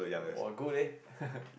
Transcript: !wah! good leh